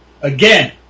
again